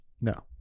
No